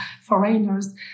foreigners